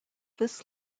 this